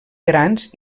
grans